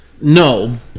No